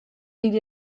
need